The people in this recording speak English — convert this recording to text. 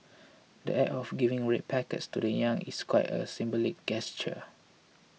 the Act of giving red packets to the young is quite a symbolic gesture